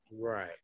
right